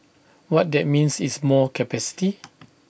what that means is more capacity